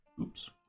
Oops